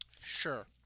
Sure